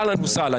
אהלן וסהלן,